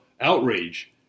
outrage